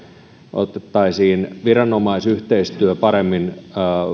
otettaisiin viranomaisyhteistyö paremmin